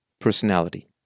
personality